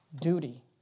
duty